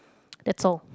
that's all